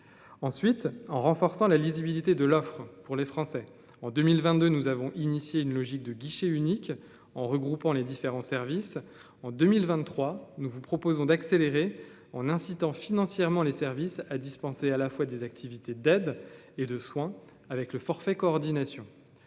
ensuite en renforçant la lisibilité de l'offre pour les Français en 2022 nous avons initié une logique de guichet unique en regroupant les différents services en 2023, nous vous proposons d'accélérer en incitant financièrement les services à dispenser à la fois des activités d'aide et de soins avec le forfait coordination